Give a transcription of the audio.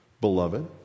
beloved